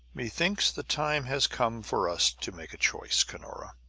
methinks the time has come for us to make a choice, cunora.